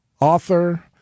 author